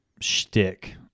shtick